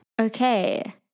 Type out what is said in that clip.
Okay